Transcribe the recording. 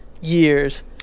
Years